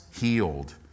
healed